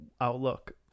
outlook